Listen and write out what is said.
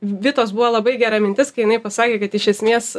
vitos buvo labai gera mintis kai jinai pasakė kad iš esmės